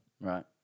Right